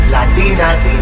Latinas